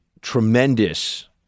tremendous